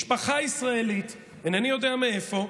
משפחה ישראלית, אינני יודע מאיפה,